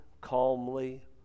calmly